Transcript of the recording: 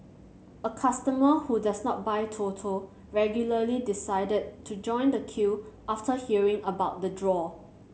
a customer who does not buy Toto regularly decided to join the queue after hearing about the draw